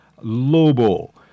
Lobo